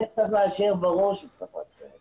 ברור שצריך להשאיר.